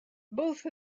both